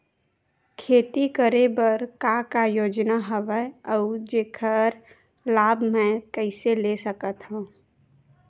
खेती करे बर का का योजना हवय अउ जेखर लाभ मैं कइसे ले सकत हव?